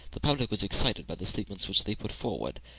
the public was excited by the statements which they put forward,